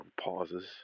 pauses